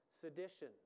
sedition